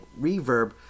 reverb